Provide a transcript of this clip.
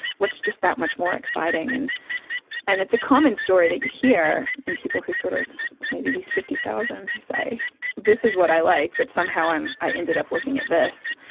what is just that much more exciting. and and it's a common story that you hear in people who, sort of maybe these fifty thousand, who say this is what i like but somehow i ended up looking at this.